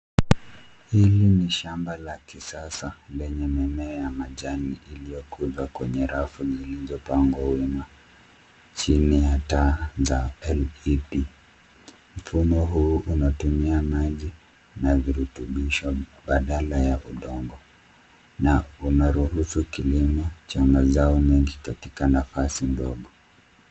Hili ni shamba la kisasa lenye mimea ya majani iliyokuzwa kwenye rafu zilizopangwa wima chini ya taa za LPP.Mfumo huu unatumia maji na virutubisho badala ya udongo na unaruhusu kilimo cha mazao mengi katika nafasi ndogo.